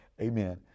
amen